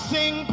Sing